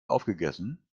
aufgegessen